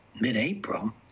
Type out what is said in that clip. mid-April